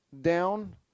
down